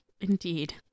Indeed